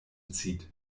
zieht